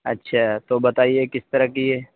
اچھا تو بتائیے کس طرح کی یہ